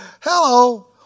Hello